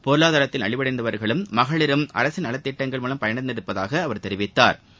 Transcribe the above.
பொருளாதாரத்தில் நலிவடைந்தவர்களும் மகளிரும் நலத்திட்டங்கள் மூலம் பயனடைந்திருப்பதாக அவர் தெரிவித்தாா்